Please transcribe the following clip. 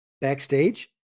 Backstage